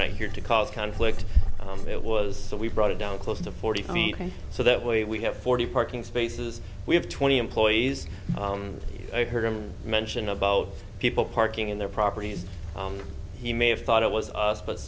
here to cause conflict it was so we brought it down close to forty feet so that way we have forty parking spaces we have twenty employees and i heard him mention about people parking in their properties he may have thought it was us but